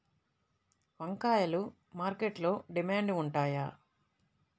వంకాయలు మార్కెట్లో డిమాండ్ ఉంటాయా?